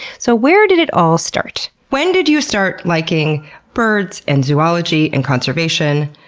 so where did it all start? when did you start liking birds and zoology and conservation?